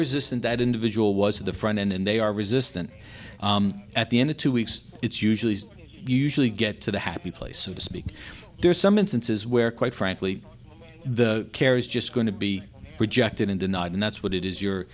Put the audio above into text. resistant that individual was at the front end and they are resistant at the end of two weeks it's usually you usually get to the happy place so to speak there's some instances where quite frankly the care is just going to be rejected and denied and that's what it is you're